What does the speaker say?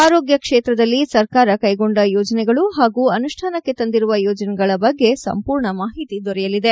ಆರೋಗ್ಯ ಕ್ಷೇತ್ರದಲ್ಲಿ ಸರ್ಕಾರ ಕೈಗೊಂಡ ಯೋಜನೆಗಳು ಹಾಗೂ ಅನುಷ್ಣಾನಕ್ಕೆ ತಂದಿರುವ ಯೋಜನೆಗಳ ಬಗ್ಗೆ ಸಂಪೂರ್ಣ ಮಾಹಿತಿ ದೊರೆಯಲಿದೆ